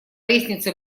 лестнице